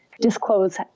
disclose